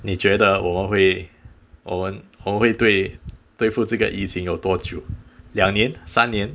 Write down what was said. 你觉得我们会我们会对对付这个疫情有多久两年三年